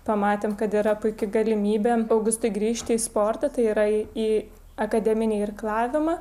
pamatėm kad yra puiki galimybė augustė grįžti į sportą tai yra į akademinį irklavimą